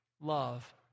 love